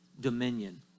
dominion